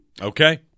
Okay